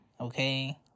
Okay